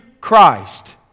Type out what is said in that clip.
Christ